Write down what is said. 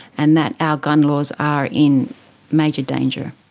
and that our gun laws are in major danger.